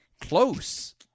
close